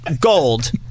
gold